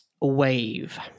wave